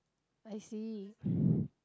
I see